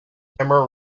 grammar